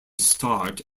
start